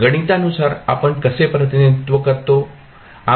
गणितानुसार आपण कसे प्रतिनिधित्व करतो